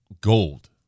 gold